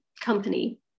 company